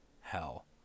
hell